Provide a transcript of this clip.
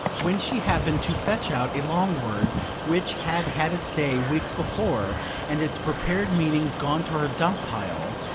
when she happened to fetch out a long word which had had its day weeks before and its prepared meanings gone to her dump-pile,